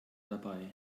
dabei